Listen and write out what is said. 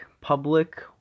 Public